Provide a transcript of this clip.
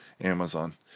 Amazon